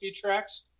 tracks